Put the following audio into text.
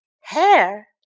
hair